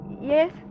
Yes